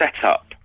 setup